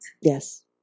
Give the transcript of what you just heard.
Yes